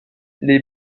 les